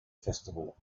festival